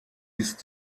ist